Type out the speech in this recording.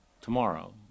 tomorrow